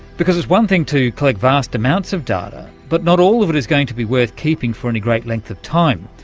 because it's one thing to collect vast amounts of data, but not all of it is going to be worth keeping for any great length of time.